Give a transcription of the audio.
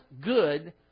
good